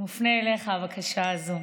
מופנית אליך הבקשה הזאת.